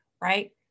right